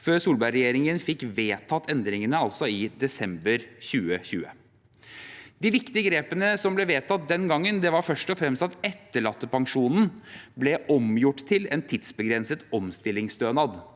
før Solberg-regjeringen fikk vedtatt endringene, altså i desember 2020. De viktige grepene som ble vedtatt den gangen, var først og fremst at etterlattepensjonen ble omgjort til en tidsbegrenset omstillingsstønad.